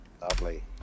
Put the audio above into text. lovely